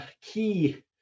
key